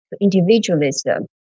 individualism